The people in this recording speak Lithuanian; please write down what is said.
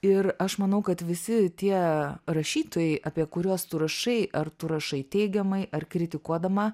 ir aš manau kad visi tie rašytojai apie kuriuos tu rašai ar tu rašai teigiamai ar kritikuodama